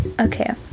Okay